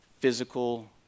Physical